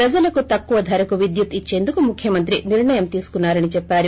ప్రజలకు తక్కువ ధరకు విద్యుత్ ఇచ్చేందుకు ముఖ్యమంత్రి నిర్ణయం తీసుకున్నారని చెప్పారు